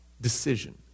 decision